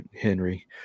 Henry